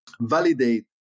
validate